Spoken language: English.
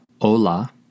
hola